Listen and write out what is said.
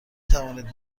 توانید